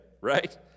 Right